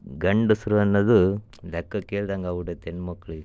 ಗಂಡಸ್ರು ಅನ್ನೋದು ಲೆಕ್ಕಕ್ಕೇ ಇಲ್ದಂಗೆ ಆಗ್ಬಿಟೈಯ್ತ್ ಹೆಣ್ಣು ಮಕ್ಕಳಿಗೆ